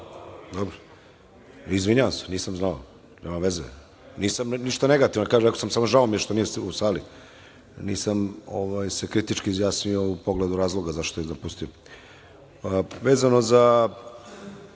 Dobro, izvinjavam se, nisam znao. Nema veze. Nisam ništa negativno, rekao sam samo žao mi je što niste u sali. Nisam se kritički izjasnio u pogledu razloga zašto je napustio. Vezano